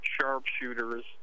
sharpshooters